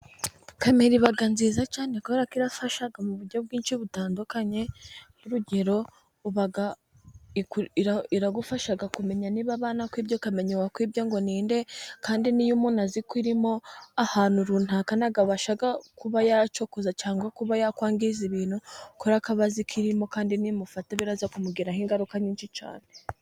Camera iba nziza cyane kuberako irafasha mu buryo bwinshi butandukanye urugero igufasha kumenya niba bakwibye ngo ninde kandi n'iyo umuntu azi ko irimo ahantu runaka ntabasha kuba yacokoza cyangwa kuba yakwangiza ibintu ngo akore ku birimo kandi nimufata biraza kumugiraho ingaruka nyinshi cyane.